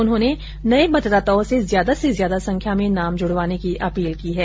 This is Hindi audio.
उन्होंने नये मतदाताओं से ज्यादा से ज्यादा संख्या में नाम जुड़वाने की अपील की है